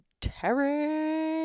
Terry